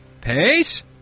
Pace